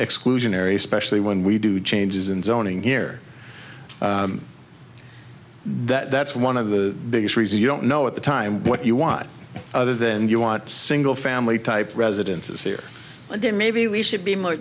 exclusionary especially when we do changes in zoning here that that's one of the biggest reasons you don't know at the time what you want other than you want single family type residences here and then maybe we should be more